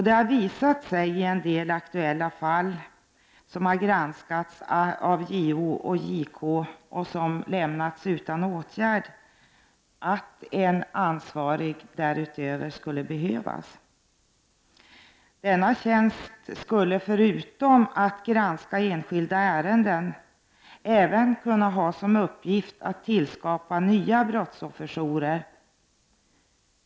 Det har visat sig i en del aktuella fall, som har granskats av JO och JK och lämnats utan åtgärd, att en ansvarig därutöver skulle behövas. Denne ombudsman skulle förutom att granska enskilda ärenden även ha som uppgift att tillskapa nya brottsofferjourer.